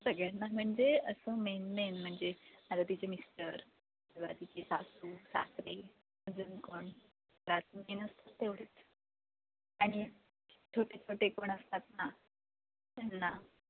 सगळ्यांना म्हणजे असं मेन मेन म्हणजे आता तिचे मिस्टर तिची सासू सासरे अजून कोण मेन असतात तेवढंच आणि छोटे छोटे कोण असतात ना त्यांना